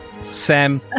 Sam